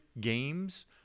games